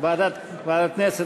ועדת הכנסת?